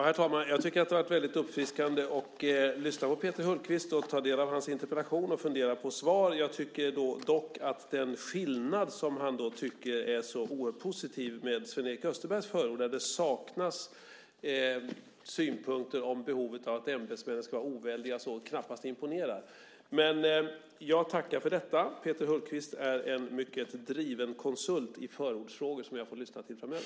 Herr talman! Jag tycker att det har varit väldigt uppfriskande att lyssna på Peter Hultqvist, ta del av hans interpellation och fundera på svar. Jag tycker dock att den skillnad han talar om, att han tycker att det är så oerhört positivt med Sven-Erik Österbergs förord där det saknas synpunkter om behovet av att ämbetsmän ska vara oväldiga, knappast imponerar. Jag tackar för detta! Peter Hultqvist är en mycket driven konsult i förordsfrågor som jag får lyssna till framöver.